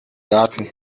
garten